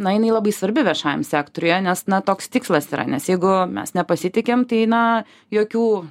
na jinai labai svarbi viešajam sektoriuje nes na toks tikslas yra nes jeigu mes nepasitikim tai na jokių